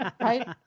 right